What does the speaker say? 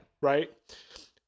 Right